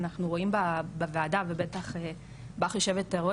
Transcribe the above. כי אנחנו רואים בוועדה ובטח בך היו"ר,